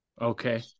Okay